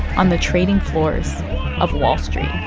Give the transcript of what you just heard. on the trading floors of wall street